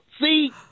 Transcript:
See